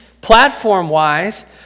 platform-wise